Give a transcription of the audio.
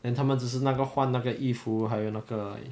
then 他们只是那个换那个衣服还有那个